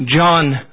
John